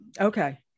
Okay